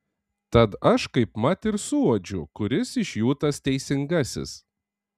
tad aš kaipmat ir suuodžiu kuris iš jų tas teisingasis